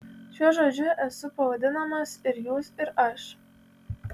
šiuo žodžiu esu pavadinamas ir jūs ir aš